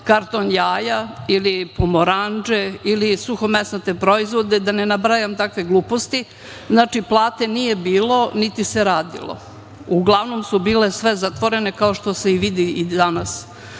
karton jaja, ili pomorandže, ili suhomesnate proizvode i da ne nabrajam takve gluposti. Znači, plate nije bilo, niti se radilo. Uglavnom su bile sve zatvorene kao što se i vidi danas.